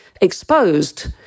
exposed